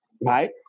right